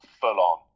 full-on